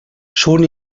schon